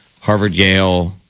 Harvard-Yale